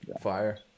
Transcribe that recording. fire